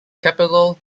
capital